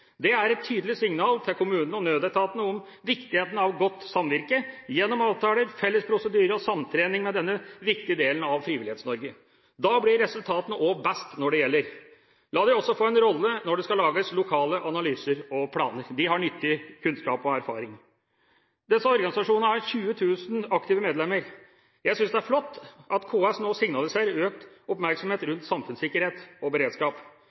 Det er et tydelig signal til kommunene og nødetatene om viktigheten av godt samvirke, gjennom avtaler, felles prosedyrer og samtrening med denne viktige delen av Frivillighets-Norge. Da blir resultatene også best når det gjelder. La de også få en rolle når det skal lages lokale analyser og planer – de har nyttig kunnskap og erfaring. Disse organisasjonene har 20 000 aktive medlemmer. Jeg synes det er flott at KS nå signaliserer økt oppmerksomhet rundt samfunnssikkerhet og beredskap.